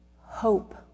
hope